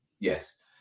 Yes